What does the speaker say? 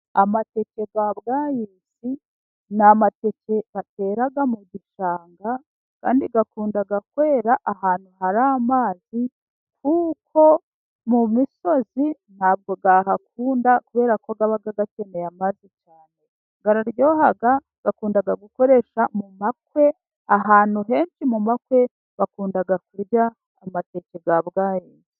Amateke ya bwayisi ni amateke batera mu gishanga kandi akunda kwera ahantu hari amazi kuko mu misozi ntabwo yahakunda kubera ko aba akeneye amazi cyane. Araryoha, akunda gukoreshwa mu makwe, ahantu henshi mu makwe bakunda kurya amateke ya bwayisi.